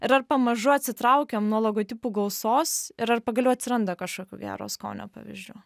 ir pamažu atsitraukiam nuo logotipų gausos ir ar pagaliau atsiranda kažkokių gero skonio pavyzdžių